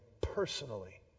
personally